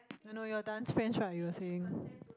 I know you all dance friends right you were saying